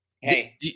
Hey